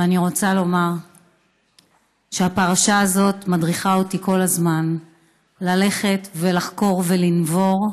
ואני רוצה לומר שהפרשה הזאת מדריכה אותי כל הזמן ללכת ולחקור ולנבור,